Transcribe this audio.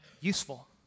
useful